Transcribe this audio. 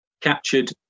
captured